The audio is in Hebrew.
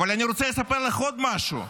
אבל אני רוצה לספר לך עוד משהו.